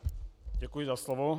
Děkuji za slovo.